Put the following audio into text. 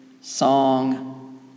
song